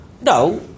No